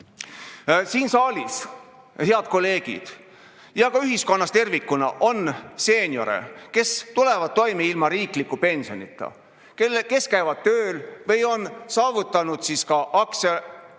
Siin saalis, head kolleegid, ja ka ühiskonnas tervikuna on seeniore, kes tulevad toime ilma riikliku pensionita, kes käivad tööl või on saavutanud ka aktsiaturul